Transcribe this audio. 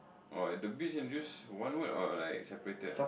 or at the beach and juice one word or like separated